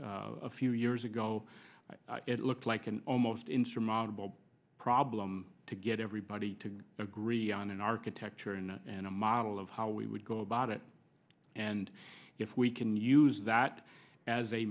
d a few years ago it looked like an almost insurmountable problem to get everybody to agree on an architecture and a model of how we would go about it and if we can use that as a